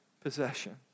possession